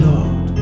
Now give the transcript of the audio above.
Lord